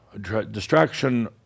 Distraction